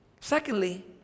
Secondly